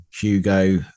hugo